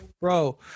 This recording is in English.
Bro